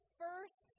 first